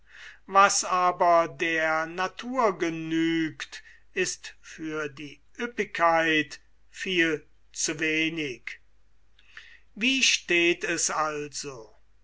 was aber der natur genügt ist für die ueppigkeit viel zu wenig wie steht es also